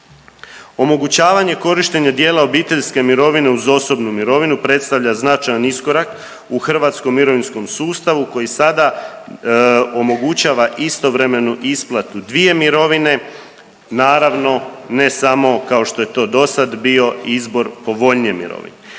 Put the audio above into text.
omogućavanje korištenja dijela obiteljske mirovine uz osobnu mirovinu predstavlja značajan iskorak u hrvatskom mirovinskom sustavu koji sada omogućava istovremenu isplatu dvije mirovine, naravno ne samo kao što je to do sad bio izbor povoljnije mirovine.